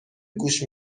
گوش